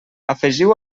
afegiu